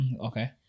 Okay